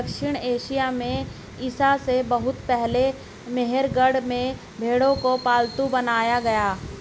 दक्षिण एशिया में ईसा से बहुत पहले मेहरगढ़ में भेंड़ों को पालतू बनाया गया